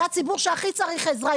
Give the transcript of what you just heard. זהו הציבור שהכי צריך עזרה,